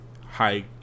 high